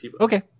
Okay